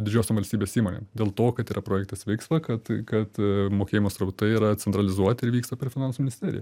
didžiosiom valstybės įmonėm dėl to kad yra projektas vyksta kad kad mokėjimo srautai yra centralizuoti ir vyksta per finansų ministeriją